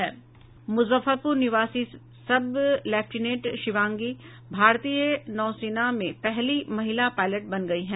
मुजफ्फरपुर निवासी sub lieutenant Shivangi भारतीय नौसेना में पहली महिला पायलट बन गयी हैं